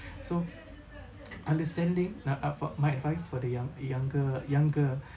so understanding ah ah for my advice for the young younger younger